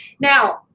now